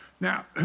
Now